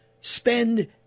spend